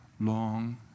long